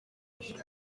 mwirinde